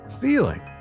feeling